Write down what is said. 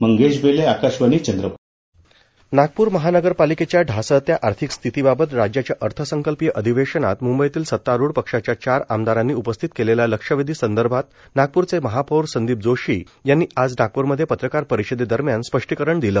मंगेश बेले आकाशवाणी चंद्रपूर नागपूर नगरपालिकेच्या ढासळत्या आर्थिक स्थिती बाबत राज्याच्या अर्थसंकल्पीय अधिवेशनात मंबईतील सत्तारुढ पक्षाच्या चार आमदारांनी उपस्थित केलेल्या लक्षवेधी संदर्भात नागपूरचे महापौर संदीप जोशी यांनी आज नागपूरमध्ये पत्रकार परिषदे दरम्यान स्पष्टीकरण दिले